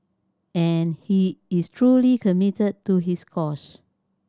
and he is truly committed to this cause